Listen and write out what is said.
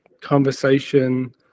conversation